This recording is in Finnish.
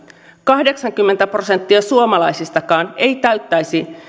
kahdeksankymmentä prosenttia suomalaisistakaan ei täyttäisi